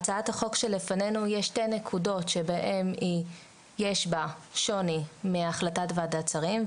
בהצעת החוק שבפנינו יש שתי נקודות שבהן יש בה שוני מהחלטת ועדת שרים.